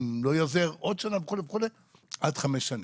עוד שנה וכו' וכו' עד חמש שנים.